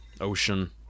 Ocean